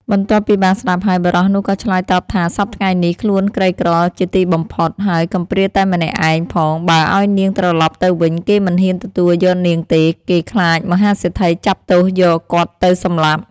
បន្ទាប់់ពីបានស្តាប់ហើយ បុរសនោះក៏ឆ្លើយតបថាសព្វថ្ងៃនេះខ្លួនក្រីក្រជាទីបំផុត ហើយកំព្រាតែម្នាក់ឯងផងបើឲ្យនាងត្រឡប់ទៅវិញគេមិនហ៊ានទទួលយកនាងទេគេខ្លាចមហាសេដ្ឋីចាប់ទោសយកគាត់ទៅសម្លាប់។